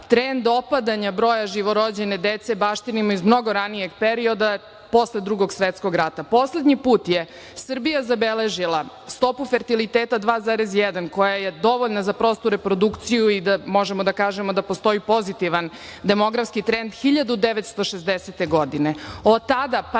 trend opadanja živorođene dece baštinimo iz mnogo ranijeg perioda, posle Drugog svetskog rata. Poslednji put je Srbija zabeležila stopu fertiliteta 2,1 koja dovoljna za prostu reprodukciju i možemo da kažemo da postoji pozitivan demografski trend, 1960. godine,